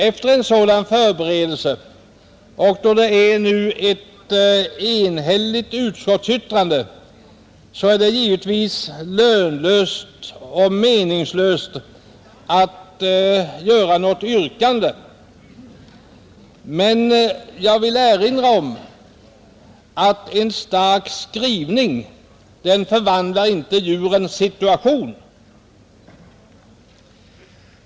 Efter en sådan förberedelse och då utskottet är enigt är det givetvis lönlöst och meningslöst att framställa något yrkande, men jag vill erinra om att en stark skrivning inte förvandlar djurens situation.